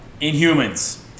Inhumans